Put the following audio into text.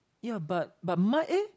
ya but but mine eh